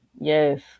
Yes